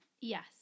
Yes